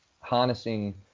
harnessing